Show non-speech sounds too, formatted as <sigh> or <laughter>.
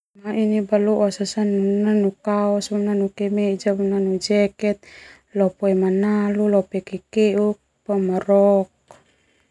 <unintelligible> baloas sona nanu kaos, nanu kemeja, nanu jaket, lopo e manalu, lopo e kekeuk, boma rok.